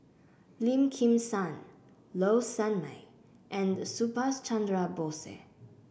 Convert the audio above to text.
Lim Kim San Low Sanmay and Subhas Chandra Bose